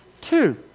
Two